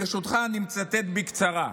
ברשותך, אני מצטט בקצרה.